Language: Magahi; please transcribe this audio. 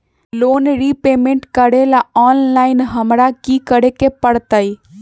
लोन रिपेमेंट करेला ऑनलाइन हमरा की करे के परतई?